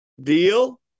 Deal